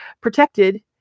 protected